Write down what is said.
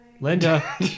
Linda